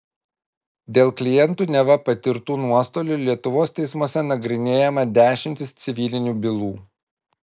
dėl klientų neva patirtų nuostolių lietuvos teismuose nagrinėjama dešimtys civilinių bylų